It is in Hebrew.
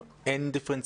דבר אחד,